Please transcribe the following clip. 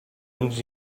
ens